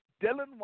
Dylan